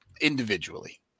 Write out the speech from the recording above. individually